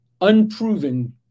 unproven